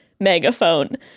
megaphone